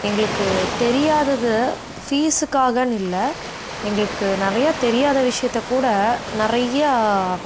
எங்களுக்கு தெரியாதது ஃபீஸுக்காகன்னு இல்லை எங்களுக்கு நிறைய தெரியாத விஷயத்தக்கூட நிறையா